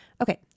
Okay